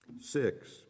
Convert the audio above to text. Six